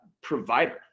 provider